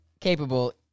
capable